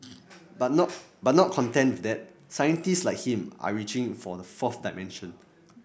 but not but not content with that scientists like him are reaching for the fourth dimension